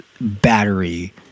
battery